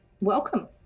welcome